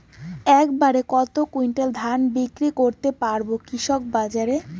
এক বাড়ে কত কুইন্টাল ধান বিক্রি করতে পারবো কৃষক বাজারে?